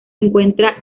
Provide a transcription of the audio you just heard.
encuentra